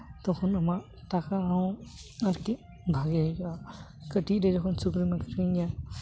ᱛᱚᱠᱷᱚᱱ ᱟᱢᱟᱜ ᱴᱟᱠᱟ ᱦᱚᱸ ᱟᱨᱠᱤ ᱵᱷᱟᱹᱜᱤ ᱦᱩᱭᱩᱜᱼᱟ ᱠᱟᱹᱴᱤᱡ ᱨᱮ ᱡᱚᱠᱷᱚᱱ ᱥᱩᱠᱨᱤᱢ ᱟᱹᱠᱷᱨᱤᱧᱮᱭᱟ